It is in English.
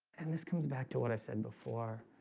and this comes back to what i said before